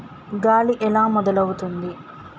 గాలి ఎలా మొదలవుతుంది?